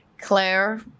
Claire